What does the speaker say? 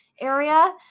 area